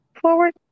Forward